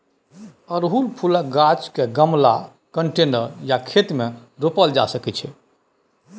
अड़हुल फुलक गाछ केँ गमला, कंटेनर या खेत मे रोपल जा सकै छै